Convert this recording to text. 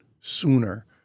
sooner